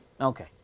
Okay